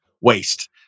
waste